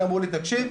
אמרו לי 'תקשיב,